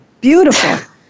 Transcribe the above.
beautiful